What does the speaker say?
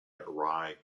array